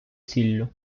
сіллю